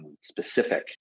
specific